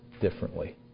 differently